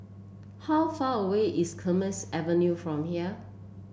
how far away is Kismis Avenue from here